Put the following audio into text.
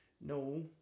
No